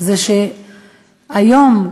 שהיום,